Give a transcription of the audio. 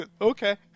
Okay